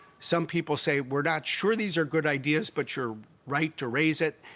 some people say, we're not sure these are good ideas, but you're right to raise it,